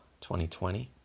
2020